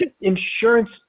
Insurance